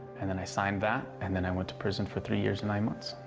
and then i signed that and then i went to prison for three years and nine months.